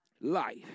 life